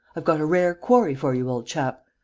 i've got a rare quarry for you, old chap.